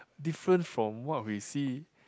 different from what we see